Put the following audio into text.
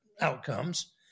outcomes